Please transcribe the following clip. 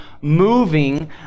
moving